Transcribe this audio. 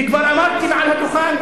וכבר אמרתי מעל הדוכן,